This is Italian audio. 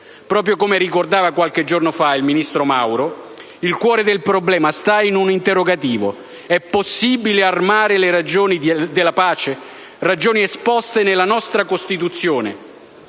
Proprio come ricordava qualche giorno fa il ministro Mauro, il cuore del problema sta in un interrogativo: è possibile armare le ragioni della pace, ragioni esposte nella nostra Costituzione?